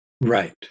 Right